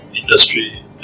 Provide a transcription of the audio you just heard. industry